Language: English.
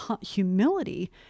humility